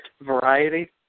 variety